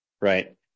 Right